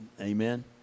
Amen